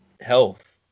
health